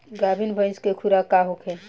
गाभिन भैंस के खुराक का होखे?